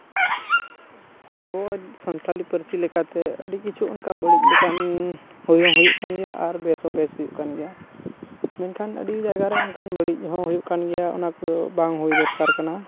ᱟᱵᱚᱣᱟᱜ ᱥᱟᱱᱛᱟᱲᱤ ᱯᱟᱹᱨᱥᱤ ᱞᱮᱠᱟᱛᱮ ᱟᱹᱰᱤ ᱠᱤᱪᱷᱩ ᱚᱱᱠᱟᱱ ᱵᱟᱹᱲᱤᱡ ᱞᱮᱠᱟᱱ ᱦᱳᱭ ᱦᱚᱸ ᱦᱩᱭᱩᱜ ᱠᱟᱱ ᱜᱮᱭᱟ ᱟᱨ ᱵᱮᱥ ᱦᱚᱸ ᱵᱮᱥ ᱦᱩᱭᱩᱜ ᱠᱟᱱ ᱜᱮᱭᱟ ᱢᱮᱱᱠᱷᱟᱱ ᱟᱹᱰᱤ ᱡᱟᱭᱜᱟᱨᱮ ᱚᱱᱠᱟᱱ ᱵᱟᱹᱲᱤᱡ ᱦᱚᱸ ᱦᱩᱭᱩᱜ ᱠᱟᱱ ᱜᱮᱭᱟ ᱚᱱᱟ ᱠᱚ ᱵᱟᱝ ᱦᱩᱭ ᱫᱚᱨᱠᱟᱨ ᱠᱟᱱᱟ